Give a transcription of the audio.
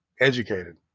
educated